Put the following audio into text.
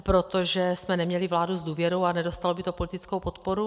Protože jsme neměli vládu s důvěrou a nedostalo by to politickou podporu.